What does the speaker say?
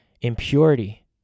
impurity